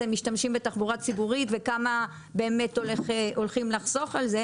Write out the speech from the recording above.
משתמשים בתחבורה ציבורית וכמה באמת הולכים לחסוך על זה.